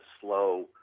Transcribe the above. slow